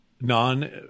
non